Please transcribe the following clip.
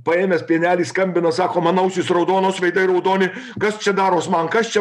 paėmęs pienelį skambina sako man ausys raudonos veidai raudoni kas čia daros man kas čia